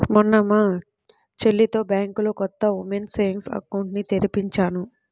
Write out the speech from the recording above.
మొన్న మా చెల్లితో బ్యాంకులో కొత్త ఉమెన్స్ సేవింగ్స్ అకౌంట్ ని తెరిపించాను